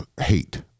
hate